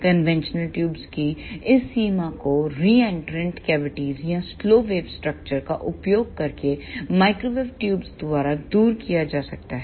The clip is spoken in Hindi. कन्वेंशनल ट्यूब की इस सीमा को रीएंट्रेंट कैविटीज़ या स्लो वेव स्ट्रक्चर्स का उपयोग करके माइक्रोवेव ट्यूब्स द्वारा दूर किया जा सकता है